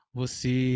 você